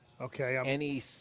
Okay